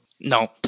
No